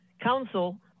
Council